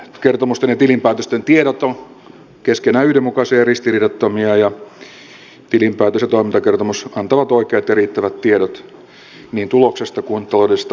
toimintakertomusten ja tilinpäätösten tiedot ovat keskenään yhdenmukaisia ja ristiriidattomia ja tilinpäätös ja toimintakertomus antavat oikeat ja riittävät tiedot niin tuloksesta kuin taloudellisesta asemastakin